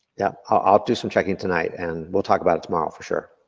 yeah, i'll do some checking tonight and we'll talk about it tomorrow for sure.